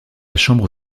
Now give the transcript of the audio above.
chambre